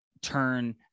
turn